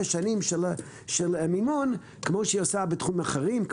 שנים של מימון כפי שהיא עושה בתחומים אחרים,